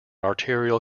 arterial